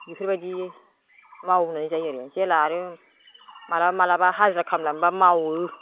बेफोरबायदि मावहोनाय जायो आरो जेब्ला आरो माब्लाबा माब्लाबा हाजिरा खालामनानैबा मावो